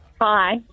Hi